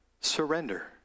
surrender